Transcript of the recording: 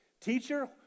Teacher